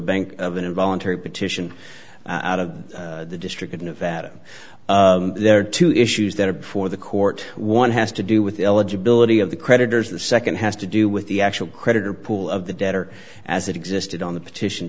bank of an involuntary petition out of the district of nevada there are two issues that are before the court one has to do with the eligibility of the creditors the nd has to do with the actual creditor pool of the debtor as it existed on the petition